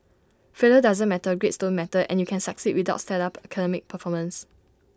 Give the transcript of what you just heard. failure doesn't matter grades don't matter and you can succeed without stellar academic performance